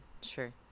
sure